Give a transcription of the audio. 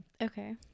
Okay